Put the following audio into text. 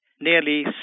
Nearly